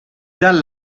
dal